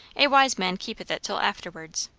a wise man keepeth it till afterwards